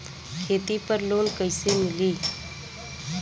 खेती पर लोन कईसे मिली?